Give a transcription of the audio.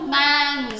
man